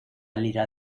lira